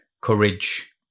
Courage